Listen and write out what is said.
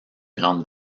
grande